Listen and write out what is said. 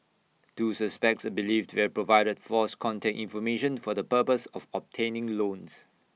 two suspects are believed to have provided false contact information for the purpose of obtaining loans